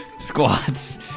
squats